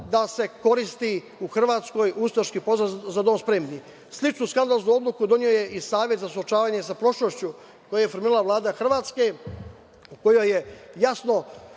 da se koristi u Hrvatskoj ustaški pozdrav „za dom spremni“.Sličnu skandaloznu odluku doneo je i Savet za suočavanje sa prošlošću, koji je formirala Vlada Hrvatske, u kojoj je jasno